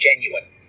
genuine